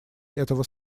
этого